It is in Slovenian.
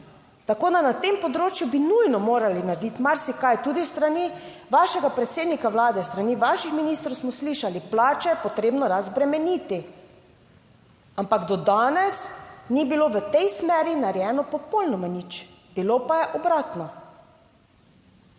Tako da na tem področju bi nujno morali narediti marsikaj. Tudi s strani vašega predsednika Vlade, s strani vaših ministrov smo slišali, plače je potrebno razbremeniti, ampak do danes ni bilo v tej smeri narejeno popolnoma nič. Bilo pa je obratno.